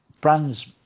brands